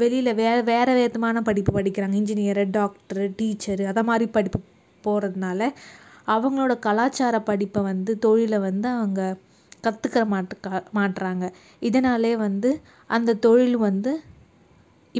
வெளியில் வேற வேற விதமான படிப்பு படிக்கிறாங்க இன்ஜினியரு டாக்ட்ரு டீச்சரு அது மாதிரி படிப்பு போகிறதுனால அவங்களோட கலாச்சார படிப்பை வந்து தொழிலை வந்து அவங்க கத்துக்கிற மாட்றாங்க இதனாலே வந்து அந்த தொழில் வந்து